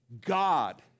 God